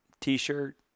T-shirt